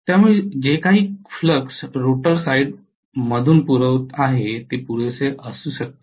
त्यामुळे मी जे काही फ्लक्स रोटर साईडमधून पुरवत आहे ते पुरेसे असू शकते